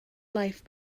life